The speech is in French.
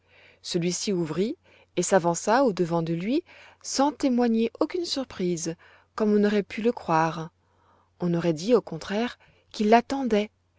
celui-ci ouvrit et s'avança au-devant de lui sans témoigner aucune surprise comme on aurait pu le croire on aurait dit au contraire qu'il l'attendait